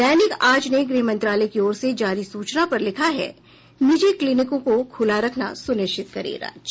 दैनिक आज ने गृह मंत्रालय की ओर से जारी सूचना पर लिखा है निजी क्लिनिकों को खुला रखना सुनिश्चित करे राज्य